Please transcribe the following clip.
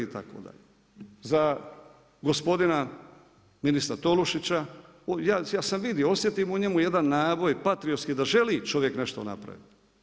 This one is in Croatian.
Za gospodina ministra Tolušića, ja sam vidio, osjetim u njemu jedan naboj patrijorski da želi čovjek nešto napraviti.